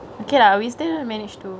okay lah we still managed to